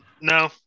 No